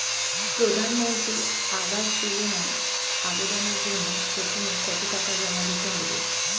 প্রধানমন্ত্রী আবাস যোজনায় আবেদনের জন্য প্রথমে কত টাকা জমা দিতে হবে?